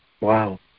Wow